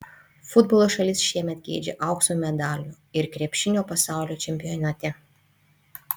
futbolo šalis šiemet geidžia aukso medalių ir krepšinio pasaulio čempionate